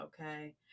okay